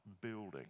building